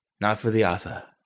now for the other.